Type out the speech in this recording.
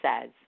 says